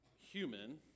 human